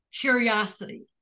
curiosity